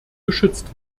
geschützt